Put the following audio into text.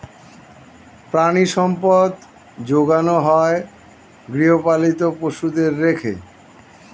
প্রাণিসম্পদ যোগানো হয় গৃহপালিত পশুদের রেখে